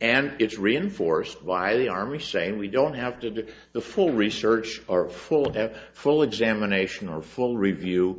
and it's reinforced by the army saying we don't have to do the full research or full of the full examination or full review